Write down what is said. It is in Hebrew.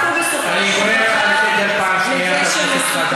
מטפטופים שיהפכו בסופו של דבר שוב לגשם מסוכן.